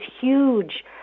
huge